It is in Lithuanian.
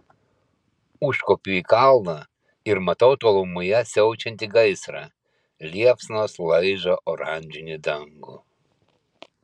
užkopiu į kalną ir matau tolumoje siaučiantį gaisrą liepsnos laižo oranžinį dangų